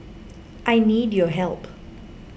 I need your help